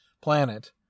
Planet